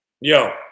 Yo